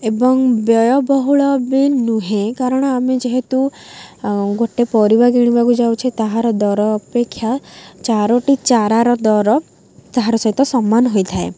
ଏବଂ ବ୍ୟୟ ବହୁଳ ବି ନୁହେଁ କାରଣ ଆମେ ଯେହେତୁ ଗୋଟେ ପରିବା କିଣିବାକୁ ଯାଉଛେ ତାହାର ଦର ଅପେକ୍ଷା ଚାରୋଟି ଚାରାର ଦର ତାହାର ସହିତ ସମାନ ହୋଇଥାଏ